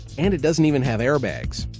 and it doesn't even have airbags.